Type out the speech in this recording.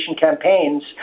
campaigns